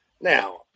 now